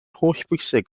hollbwysig